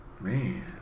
Man